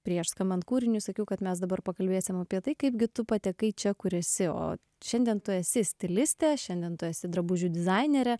prieš skambant kūriniui sakiau kad mes dabar pakalbėsim apie tai kaipgi tu patekai čia kur esi o šiandien tu esi stilistė šiandien tu esi drabužių dizainerė